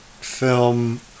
film